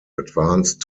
advanced